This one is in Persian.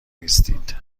نیستید